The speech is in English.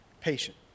Patient